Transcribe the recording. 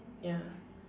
ya